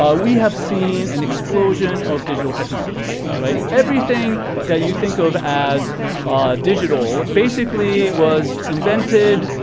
ah we have seen an explosion of digital technologies, right? everything that you think of as digital, basically was invented,